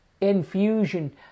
infusion